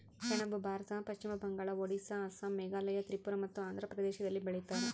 ಸೆಣಬು ಭಾರತದ ಪಶ್ಚಿಮ ಬಂಗಾಳ ಒಡಿಸ್ಸಾ ಅಸ್ಸಾಂ ಮೇಘಾಲಯ ತ್ರಿಪುರ ಮತ್ತು ಆಂಧ್ರ ಪ್ರದೇಶದಲ್ಲಿ ಬೆಳೀತಾರ